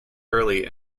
early